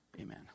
amen